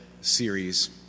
series